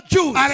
Jews